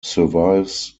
survives